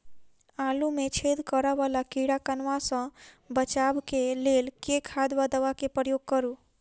आलु मे छेद करा वला कीड़ा कन्वा सँ बचाब केँ लेल केँ खाद वा दवा केँ प्रयोग करू?